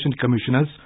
commissioners